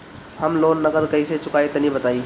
हम लोन नगद कइसे चूकाई तनि बताईं?